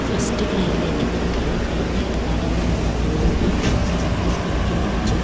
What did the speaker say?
ഫസ്റ്റ്ക്രൈയിലേക്ക് നടത്തിയ കഴിഞ്ഞ ഇടപാടിൽ നിന്നുള്ള ബില്ലിൻ്റെ ഇ പകർപ്പ് എനിക്ക് ലഭിച്ചോ